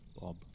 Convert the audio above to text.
Bob